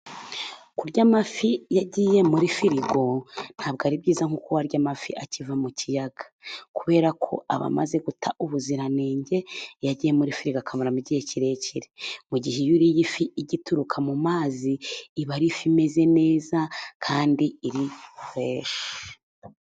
Kurya amafi yagiye muri firigo, ntabwo ari byiza nk'uko warya amafi akiva mu kiyaga. Kubera ko aba amaze guta ubuziranenge, iyo agiye muri firigo akamaramo igihe kirekire. Mu gihe iyo uriye ifi igituruka mu mazi, iba ari ifi imeze neza kandi iri fureshi.